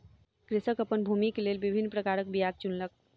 कृषक अपन भूमिक लेल विभिन्न प्रकारक बीयाक चुनलक